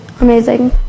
amazing